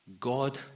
god